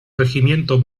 regimiento